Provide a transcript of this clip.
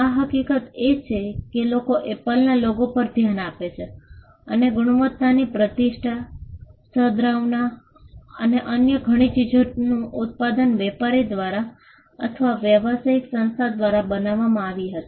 આ હકીકત એ છે કે લોકો એપલના લોગો પર ધ્યાન આપે છે અને ગુણવત્તાની પ્રતિષ્ઠા સદ્ભાવના અને અન્ય ઘણી ચીજોનું ઉત્પાદન વેપારી દ્વારા અથવા વ્યવસાયિક સંસ્થા દ્વારા જ બનાવવામાં આવી હતી